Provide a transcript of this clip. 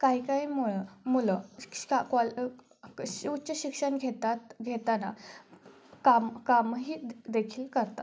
काही काही मुळं मुलं शिक्षा काल उच्च शिक्षण घेतात घेताना काम कामंही देखील करतात